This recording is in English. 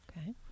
Okay